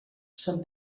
són